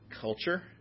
culture